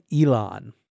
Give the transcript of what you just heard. Elon